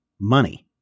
money